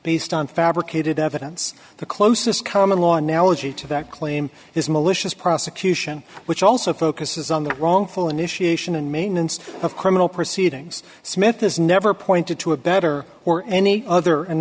based on fabricated evidence the closest common law analogy to that claim is malicious prosecution which also focuses on the wrongful initiation and maintenance of criminal proceedings smith has never pointed to a better or any other an